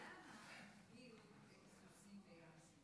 למה הטביעו את הסוסים בים סוף?